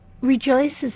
rejoices